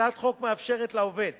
הצעת החוק מאפשרת לעובד